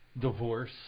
Divorce